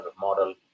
model